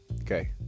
okay